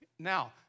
Now